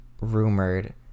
rumored